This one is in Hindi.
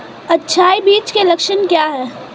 अच्छे बीज के लक्षण क्या हैं?